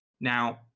Now